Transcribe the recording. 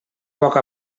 poc